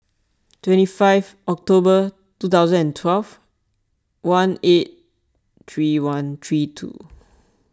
twenty five October two thousand and twelve one eight three one three two